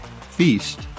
feast